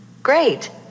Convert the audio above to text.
Great